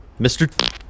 Mr